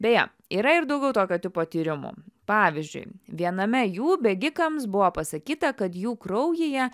beje yra ir daugiau tokio tipo tyrimų pavyzdžiui viename jų bėgikams buvo pasakyta kad jų kraujyje